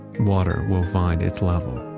water will find its level.